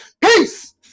Peace